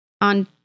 on